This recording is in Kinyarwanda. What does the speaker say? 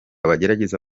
bagerageza